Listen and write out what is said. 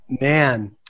Man